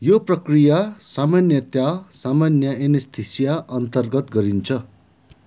यो प्रक्रिया सामान्यतया सामान्य एनेस्थेसिया अन्तर्गत गरिन्छ